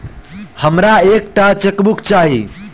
हमरा एक टा चेकबुक चाहि